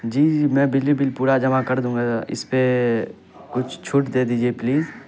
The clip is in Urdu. جی جی میں بجلی بل پورا جمع کر دوں گا اس پہ کچھ چھوٹ دے دیجیے پلیز